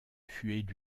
fut